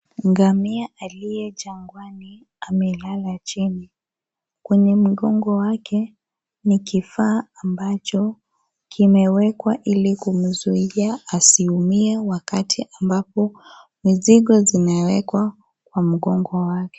Ngamia aliye jangwani amelala chini . Kwenye mgongo wake ni kifaa ambacho kimewekwa ili kumzuia asiumie wakati ambapo mizigo zinawekwa kwa mgongo wake.